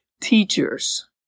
teachers